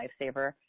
lifesaver